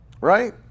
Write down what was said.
Right